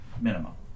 minimum